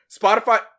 Spotify